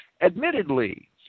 Admittedly